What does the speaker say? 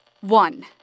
one